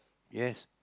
yes